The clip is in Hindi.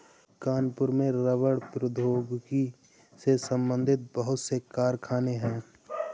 कानपुर में रबड़ प्रौद्योगिकी से संबंधित बहुत से कारखाने है